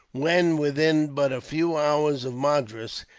when within but a few hours of madras,